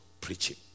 preaching